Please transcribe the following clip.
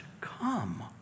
come